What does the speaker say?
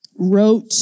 Wrote